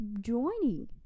joining